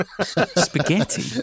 Spaghetti